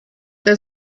der